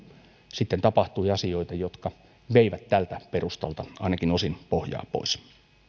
sitten tapahtui asioita jotka veivät tältä perustalta ainakin osin pohjaa pois